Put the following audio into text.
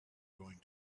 going